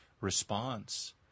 response